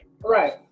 Right